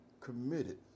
committed